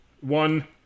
one